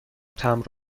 تمبر